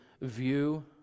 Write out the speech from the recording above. view